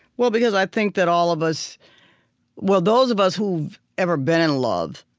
well, because i think that all of us well, those of us who've ever been in love